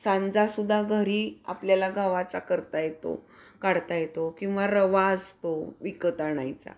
सांजा सुद्धा घरी आपल्याला गव्हाचा करता येतो काढता येतो किंवा रवा असतो विकत आणायचा